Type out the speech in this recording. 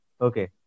Okay